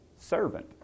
servant